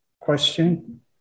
question